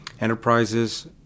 enterprises